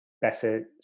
better